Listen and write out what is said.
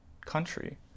country